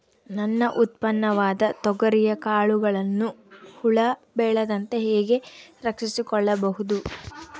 ನನ್ನ ಉತ್ಪನ್ನವಾದ ತೊಗರಿಯ ಕಾಳುಗಳನ್ನು ಹುಳ ಬೇಳದಂತೆ ಹೇಗೆ ರಕ್ಷಿಸಿಕೊಳ್ಳಬಹುದು?